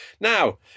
Now